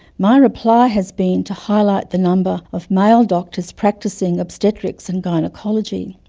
my reply has been to highlight the number of male doctors practicing obstetrics and gynaecology.